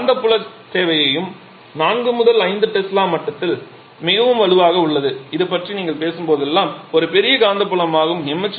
இங்கே காந்தப்புலத் தேவையும் 4 முதல் 5 டெஸ்லா மட்டத்தில் மிகவும் வலுவாக உள்ளது இது நீங்கள் பேசும் ஒரு பெரிய காந்தப்புலமாகும்